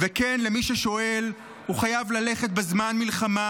וכן, למי ששואל, הוא חייב ללכת בזמן מלחמה.